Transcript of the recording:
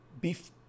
beef